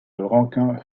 rankin